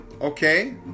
Okay